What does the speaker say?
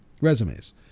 resumes